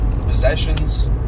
possessions